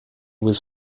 was